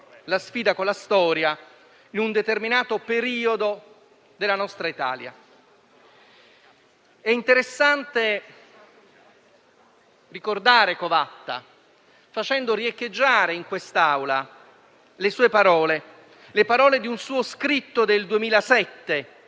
la sfida con la storia in un determinato periodo della nostra Italia. È interessante ricordare Covatta facendo riecheggiare in quest'Aula le sue parole di un suo scritto del 2007,